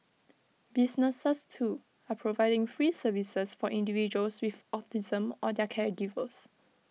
businesses too are providing free services for individuals with autism or their caregivers